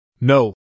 No